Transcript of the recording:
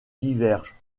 divergent